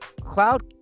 cloud